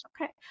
Okay